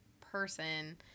person